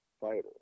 fighter